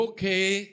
Okay